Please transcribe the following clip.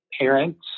parents